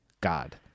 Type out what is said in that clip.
god